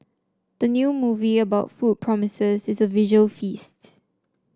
the new movie about food promises it's a visual feasts